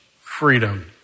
freedom